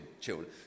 children